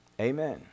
Amen